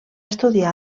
estudiar